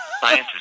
Science